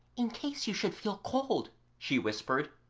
in case you should feel cold she whispered.